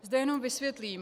Zde jenom vysvětlím.